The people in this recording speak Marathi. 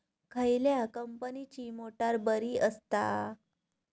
खयल्या कंपनीची मोटार बरी असता?